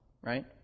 right